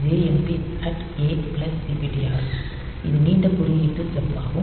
JMP A DPTR இது நீண்ட குறியீட்டு ஜம்ப் ஆகும்